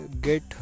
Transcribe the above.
get